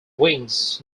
wings